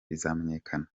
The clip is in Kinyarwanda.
bizamenyekana